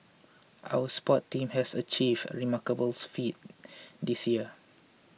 our sport team has achieved remarkable feat this year